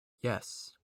yes